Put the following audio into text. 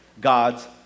God's